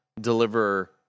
deliver